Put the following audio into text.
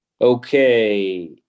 okay